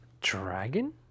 dragon